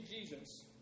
Jesus